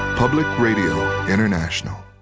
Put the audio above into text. public radio international.